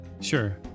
Sure